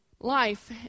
life